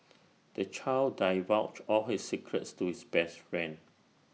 the child divulged all his secrets to his best friend